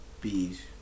bees